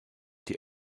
die